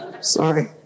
Sorry